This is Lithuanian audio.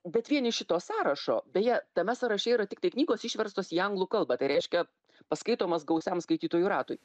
bet vien iš šito sąrašo beje tame sąraše yra tiktai knygos išverstos į anglų kalbą tai reiškia paskaitomas gausiam skaitytojų ratui